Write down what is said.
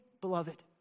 beloved